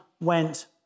went